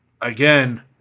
again